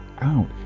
out